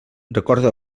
recorda